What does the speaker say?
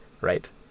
Right